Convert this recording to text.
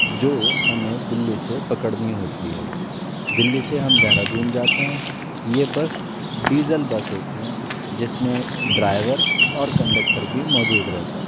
جو ہمیں دہلی سے پکڑنی ہوتی ہے دہلی سے ہم دہرادون جاتے ہیں یہ بس ڈیزل بس ہوتی ہیں جس میں ڈرائیور اور کنڈکٹر بھی موجود رہتے ہیں